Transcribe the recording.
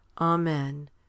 Amen